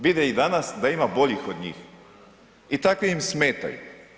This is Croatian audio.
Vide i danas da ima boljih od njih i takvi im smetaju.